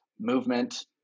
movement